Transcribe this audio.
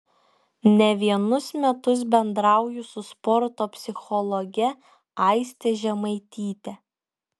ne vienus metus bendrauju su sporto psichologe aiste žemaityte